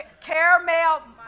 Caramel